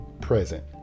present